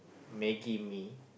maggie-mee